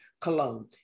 Cologne